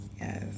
yes